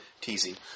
Teasing